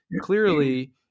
Clearly